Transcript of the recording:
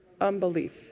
unbelief